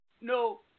no